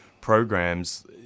programs